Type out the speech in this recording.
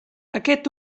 aquest